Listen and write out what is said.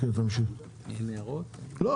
אני